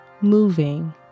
moving